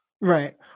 Right